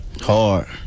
Hard